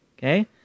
Okay